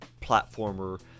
platformer